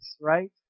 right